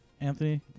Anthony